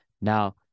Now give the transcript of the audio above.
now